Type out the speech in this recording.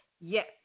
yes